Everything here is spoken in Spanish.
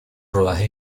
rodaje